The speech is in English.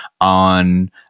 on